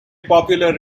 popular